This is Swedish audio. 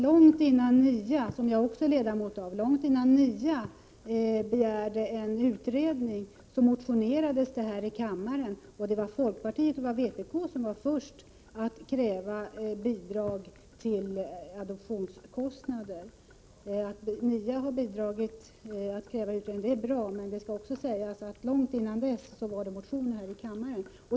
Långt innan NIA, som också jag är ledamot av, begärde en utredning, motionerades det i denna fråga här i kammaren. Folkpartiet och vpk var först med att kräva bidrag till adoptionskostnader. Att NIA har medverkat till att kräva en utredning är bra. Långt innan dess fanns emellertid en motion här i kammaren.